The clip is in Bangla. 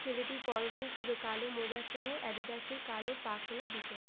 ছেলেটির পরনেও ছিল কালো মোজার সঙ্গে অ্যাডিডাসের কালো পা খোলা জুতো